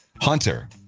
Hunter